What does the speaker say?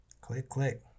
Click-click